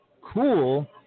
Cool